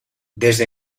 desde